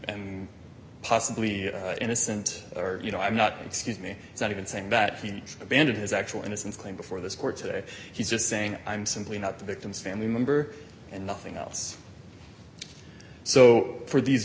and possibly innocent you know i'm not excuse me it's not even saying that he abandoned his actual innocence claim before this court today he's just saying i'm simply not the victim's family member and nothing else so for these